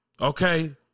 okay